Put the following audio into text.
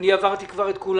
אני עברתי כבר את כולם.